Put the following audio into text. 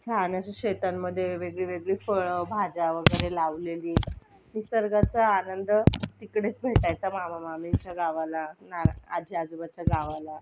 छान अशा शेतांमध्ये वेगळीवेगळी फळं भाज्या वगैरे लावलेली निसर्गाचा आनंद तिकडेच भेटायचा मामा मामींच्या गावाला ना आजी आजोबाच्या गावाला